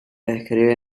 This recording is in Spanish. describe